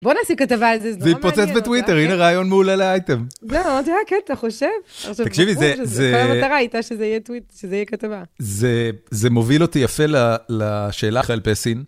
בוא נעשה כתבה על זה, זה לא מעניין. זה יתפוצץ בטוויטר, הנה רעיון מעולה לאייטם. לא, זה היה קטע, אתה חושב? תקשיבי, זה... זה כבר המטרה הייתה שזה יהיה כתבה. זה מוביל אותי יפה לשאלה, חל פסין.